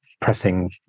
pressing